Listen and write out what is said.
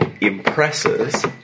impresses